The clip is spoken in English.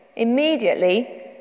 Immediately